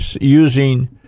using